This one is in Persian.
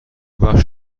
بخش